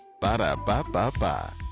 Ba-da-ba-ba-ba